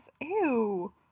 ew